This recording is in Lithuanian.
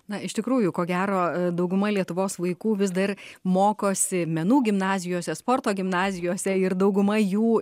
na iš tikrųjų ko gero dauguma lietuvos vaikų vis dar mokosi menų gimnazijose sporto gimnazijose ir dauguma jų